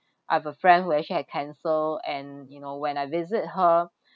I have a friend who actually had cancer and you know when I visit her